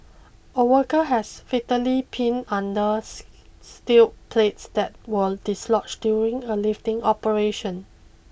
a worker has fatally pinned under steel plates that were dislodged during a lifting operation